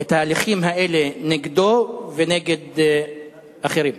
את ההליכים האלה נגדו ונגד אחרים.